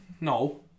No